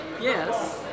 Yes